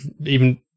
even-